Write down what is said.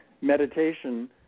meditation –